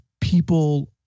people